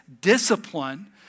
discipline